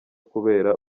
kubera